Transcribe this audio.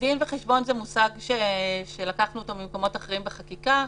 "דין וחשבון" זה מושג שלקחנו אותו ממקומות אחרים בחקיקה,